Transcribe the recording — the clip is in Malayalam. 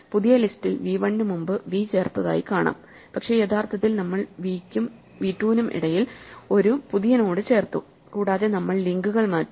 പുതിയ ലിസ്റ്റിൽ v 1 ന് മുമ്പ് v ചേർത്തതായി കാണാം പക്ഷേ യഥാർത്ഥത്തിൽ നമ്മൾ v നും v 2 നും ഇടയിൽ ഒരു പുതിയ നോഡ് ചേർത്തു കൂടാതെ നമ്മൾ ലിങ്കുകൾ മാറ്റി